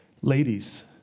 Ladies